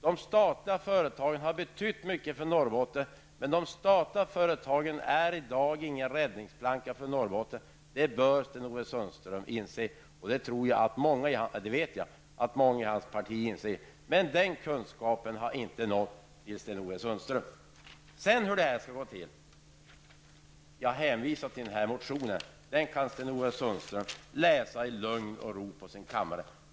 De statliga företagen har betytt mycket för Norrbotten, men i dag utgör de ingen räddningsplanka för länet. Jag vet att många av hans partivänner inser det, och det bör också han göra. Den kunskapen har tydligen inte nått Sten-Ove Sundström. Motion N218, som jag har hänvisat till, kan Sten Ove Sundström i lugn och ro läsa i sin kammare.